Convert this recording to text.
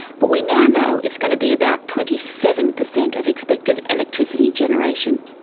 but we now know it's going to be about twenty seven percent of expected electricity generation.